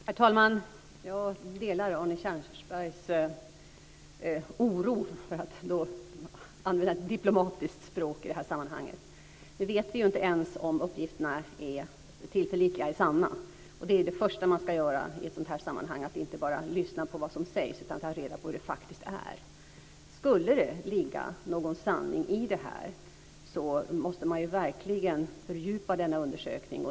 Herr talman! Jag delar Arne Kjörnsbergs oro, för att använda ett diplomatiskt språk i det här sammanhanget. Nu vet vi ju inte ens om uppgifterna är tillförlitliga, om de är sanna. Det första man ska göra i ett sådant här sammanhang är att inte bara lyssna på vad som sägs utan att ta reda på hur det faktiskt är. Skulle det ligga någon sanning i det här måste man verkligen fördjupa denna undersökning.